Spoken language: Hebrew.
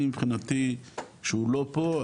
אני מבחינתי שהוא לא פה,